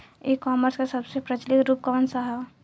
ई कॉमर्स क सबसे प्रचलित रूप कवन सा ह?